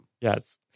Yes